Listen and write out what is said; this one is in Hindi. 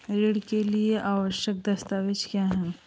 ऋण के लिए आवश्यक दस्तावेज क्या हैं?